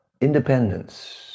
independence